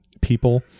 people